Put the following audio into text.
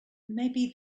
maybe